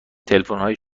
تلفنهای